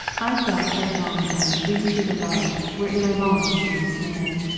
i fell headlong then into the love, wherein i longed to be ensnared.